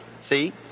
See